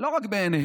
ולא רק בעיניהם,